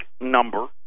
number